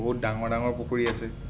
বহুত ডাঙৰ ডাঙৰ পুখুৰী আছে